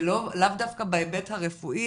ולאו דווקא בהיבט הרפואי,